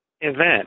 event